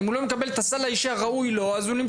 אם הוא לא יקבל את הסל האישי הראוי לו,